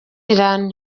ian